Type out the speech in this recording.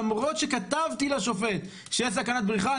למרות שכתבתי לשופט שיש סכנת בריחה,